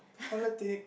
politic